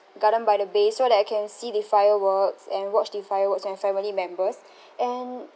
garden by the bay so that I can see the fireworks and watch the fireworks with my family members and